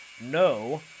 No